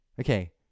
okay